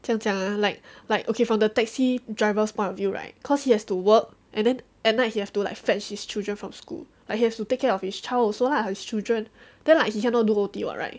这样讲 ah like like okay from the taxi driver's point of view right cause he has to work and then at night you have to like fetch his children from school like he has to take care of his child also lah his children then like he cannot do O_T what right